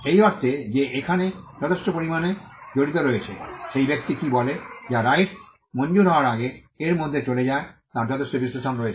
এই অর্থে যে এখানে যথেষ্ট পরিমাণে জড়িত রয়েছে সেই ব্যক্তি কী বলে যা রাইটস মঞ্জুর হওয়ার আগে এর মধ্যে চলে যায় তার যথেষ্ট বিশ্লেষণ রয়েছে